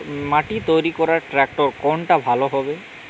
মাটি তৈরি করার ট্রাক্টর কোনটা ভালো হবে?